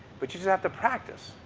but you so have to practice.